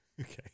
Okay